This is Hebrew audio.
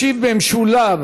ישיב במשולב